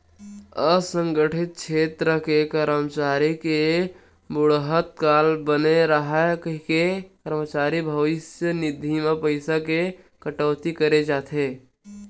असंगठित छेत्र के करमचारी के बुड़हत काल बने राहय कहिके करमचारी भविस्य निधि म पइसा के कटउती करे जाथे